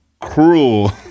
cruel